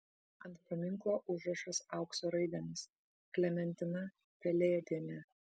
ant paminklo užrašas aukso raidėmis klementina pelėdienė